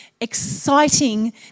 exciting